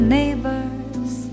neighbors